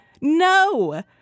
No